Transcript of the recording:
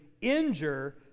injure